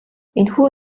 энэхүү